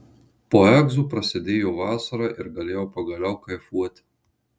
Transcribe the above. po egzų prasidėjo vasara ir galėjau pagaliau kaifuoti